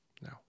No